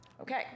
Okay